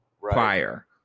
prior